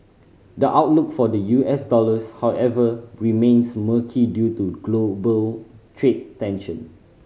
the outlook for the U S dollars however remains murky due to global trade tension